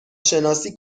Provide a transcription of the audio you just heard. شناسی